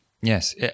Yes